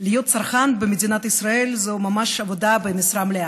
להיות צרכן במדינת ישראל זה ממש עבודה במשרה מלאה.